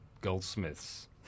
goldsmiths